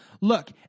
Look